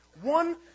One